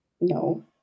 no